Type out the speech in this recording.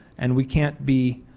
and we cannot be